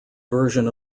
version